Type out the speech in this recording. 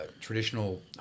traditional